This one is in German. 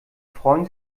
freuen